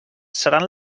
seran